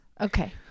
Okay